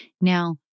Now